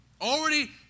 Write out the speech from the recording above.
already